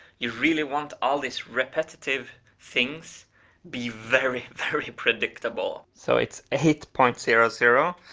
you really want all these repetitive things be very very predictable so it's eight point zero zero,